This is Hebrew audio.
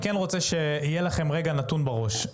אני רוצה שיהיה לכם נתון בראש,